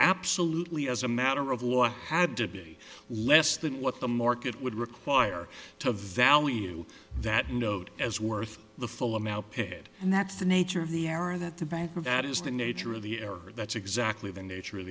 absolutely as a matter of law had to be less than what the market would require to value that note as worth the full amount paid and that's the nature of the error that the bank of that is the nature of the error that's exactly the nature of